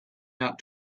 out